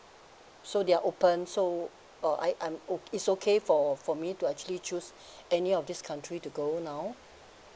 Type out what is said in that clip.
so they're open so uh I I'm oh it's okay for for me to actually choose any of this country to go now